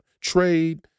trade